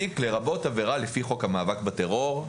לרבות עבירה לפי חוק המאבק בטרור,